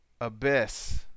Abyss